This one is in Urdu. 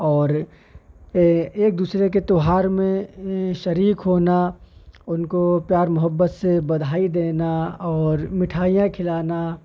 اور ایک دوسرے کے تہوار میں شریک ہونا ان کو پیار محبت سے بدھائی دینا اور مٹھائیاں کھلانا